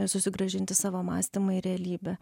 susigrąžinti savo mąstymą į realybę